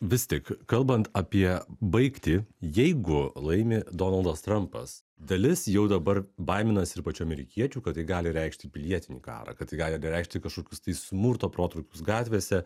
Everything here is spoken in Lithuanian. vis tik kalbant apie baigtį jeigu laimi donaldas trampas dalis jau dabar baiminasi ir pačių amerikiečių kad tai gali reikšti pilietinį karą kad tai gali ir reikšti kažkokius tai smurto protrūkius gatvėse